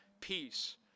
peace